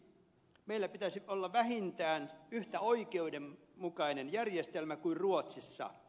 meillä pitäisi olla vähintään yhtä oikeudenmukainen järjestelmä kuin ruotsissa